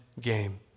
game